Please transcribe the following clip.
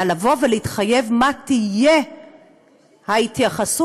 נא לבוא ולהתחייב מה תהיה ההתייחסות,